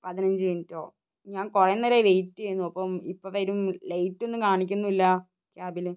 പതിനഞ്ച് മിനിറ്റോ ഞാൻ കുറേ നേരമായി വെയ്റ്റ് ചെയ്യുന്നു അപ്പം ഇപ്പോൾ വരും ലൈറ്റൊന്നും കാണിക്കുന്നുമില്ല ക്യാബിന്